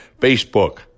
Facebook